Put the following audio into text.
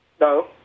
No